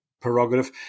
prerogative